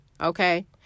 okay